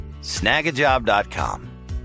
snagajob.com